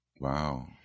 wow